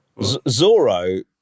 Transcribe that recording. Zorro